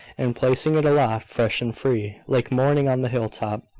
and placing it aloft, fresh and free, like morning on the hill-top,